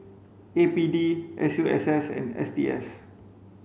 A P D S U S S and S T S